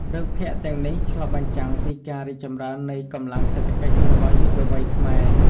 រឿងភាគទាំងនេះ ឆ្លុះបញ្ចាំងពីការរីកចម្រើននៃកម្លាំងសេដ្ឋកិច្ចរបស់យុវវ័យខ្មែរ។